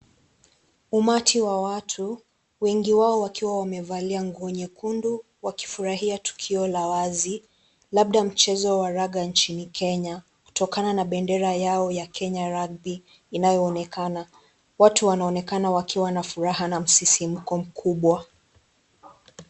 Umati wa watu, wengi wao wakiwa wamevalia nguo nyekundu wakifurahia tukio la wazi, labda mchezo wa raga nchini Kenya, kutokana na bendera yao ya Kenya Rugby inayoonekana. Watu wanaonekana kua na furaha na msisimko mkubwa.